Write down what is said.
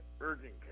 urgent